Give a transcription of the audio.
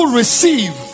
receive